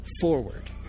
Forward